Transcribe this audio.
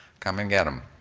come and get them.